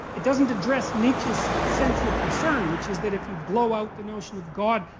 it doesn't address nietzsche's central concern, which is that if you blow out the notion of god,